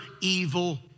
evil